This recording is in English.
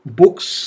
books